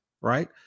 right